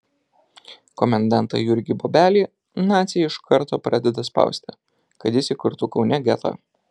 komendantą jurgį bobelį naciai iš karto pradeda spausti kad jis įkurtų kaune getą